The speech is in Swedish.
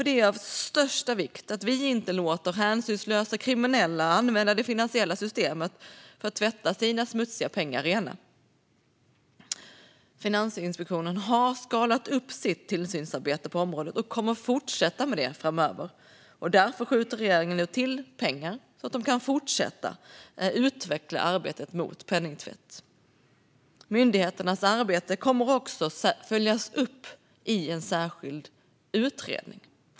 Det är av största vikt att vi inte låter hänsynslösa kriminella använda sig av det finansiella systemet för att tvätta sina smutsiga pengar rena. Finansinspektionen har skalat upp sitt tillsynsarbete på området och kommer att fortsätta med det framöver. Därför skjuter regeringen nu till pengar så att de kan fortsätta utveckla arbetet mot penningtvätt. Myndigheternas arbete kommer också att följas upp i en särskild utredning.